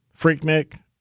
Freaknik